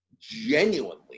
genuinely